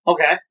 Okay